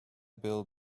bill